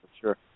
sure